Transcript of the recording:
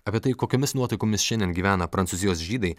apie tai kokiomis nuotaikomis šiandien gyvena prancūzijos žydai